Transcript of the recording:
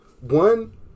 One